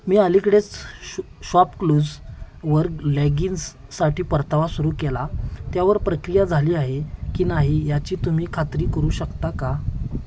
मी अलीकडेच शु शॉपक्लूजवर लेगिन्ससाठी परतावा सुरू केला त्यावर प्रक्रिया झाली आहे की नाही याची तुम्ही खात्री करू शकता का